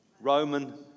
roman